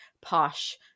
posh